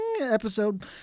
episode